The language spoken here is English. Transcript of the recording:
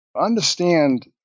understand